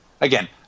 Again